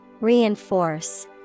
Reinforce